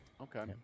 Okay